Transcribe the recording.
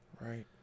Right